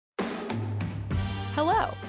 Hello